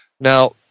Now